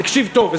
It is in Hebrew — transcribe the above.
תקשיב טוב,